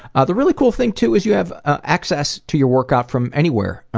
ah the really cool thing, too, is you have ah access to your workout from anywhere.